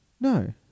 No